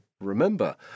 remember